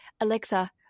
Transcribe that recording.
Alexa